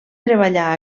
treballar